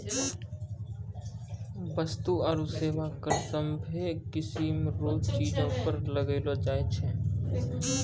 वस्तु आरू सेवा कर सभ्भे किसीम रो चीजो पर लगैलो जाय छै